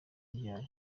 ryari